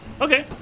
Okay